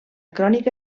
crònica